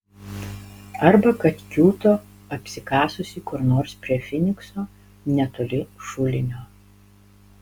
arba kad kiūto apsikasusi kur nors prie finikso netoli šulinio